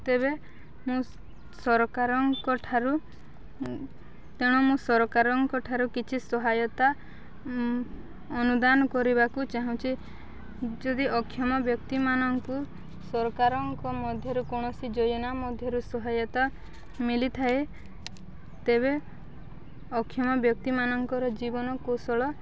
ତେବେ ମୁଁ ସରକାରଙ୍କ ଠାରୁ ତେଣୁ ମୁଁ ସରକାରଙ୍କ ଠାରୁ କିଛି ସହାୟତା ଅନୁଦାନ କରିବାକୁ ଚାହୁଁଛି ଯଦି ଅକ୍ଷମ ବ୍ୟକ୍ତିମାନଙ୍କୁ ସରକାରଙ୍କ ମଧ୍ୟରୁ କୌଣସି ଯୋଜନା ମଧ୍ୟରୁ ସହାୟତା ମିଳିଥାଏ ତେବେ ଅକ୍ଷମ ବ୍ୟକ୍ତିମାନଙ୍କର ଜୀବନ କୌଶଳ